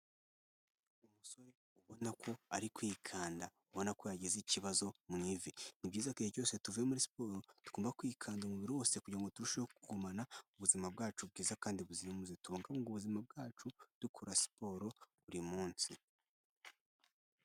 Umusore ubona ko ari kwikandabona ko yagize ikibazo mu' ivi ni byiza ko igihe cyose tuvuye muri siporo tugomba kwikanda umubiri wose kugirango ngo turusheho kugumana ubuzima bwacu bwiza kandi buzira umuze tubungabunga ubuzima bwacu dukora siporo buri munsi.